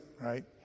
right